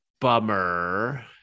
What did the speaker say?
bummer